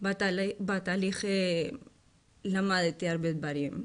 בתהליך הזה למדתי הרבה דברים.